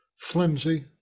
flimsy